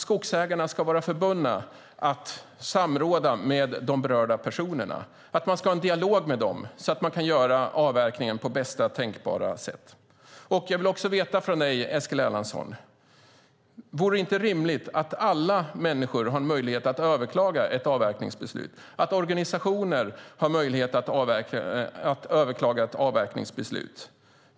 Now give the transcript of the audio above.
Skogsägarna ska vara förbundna att samråda med de berörda personerna och ha en dialog så att man kan göra avverkningen på bästa tänkbara sätt. Vore det inte rimligt att människor och organisationer har möjlighet att överklaga ett avverkningsbeslut?